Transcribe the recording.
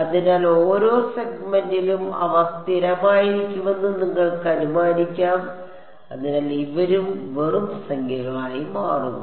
അതിനാൽ ഓരോ സെഗ്മെന്റിലും അവ സ്ഥിരമായിരിക്കുമെന്ന് നിങ്ങൾക്ക് അനുമാനിക്കാം അതിനാൽ ഇവരും വെറും സംഖ്യകളായി മാറുന്നു